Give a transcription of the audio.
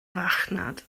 farchnad